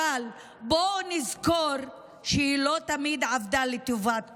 אבל בואו נזכור שהיא לא תמיד עבדה לטובת כולם.